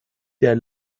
der